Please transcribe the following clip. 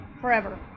forever